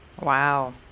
Wow